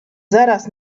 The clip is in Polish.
zaraz